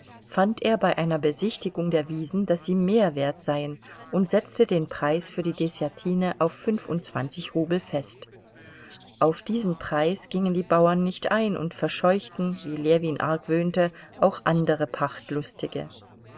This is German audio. fand er bei einer besichtigung der wiesen daß sie mehr wert seien und setzte den preis für die deßjatine auf fünfundzwanzig rubel fest auf diesen preis gingen die bauern nicht ein und verscheuchten wie ljewin argwöhnte auch andere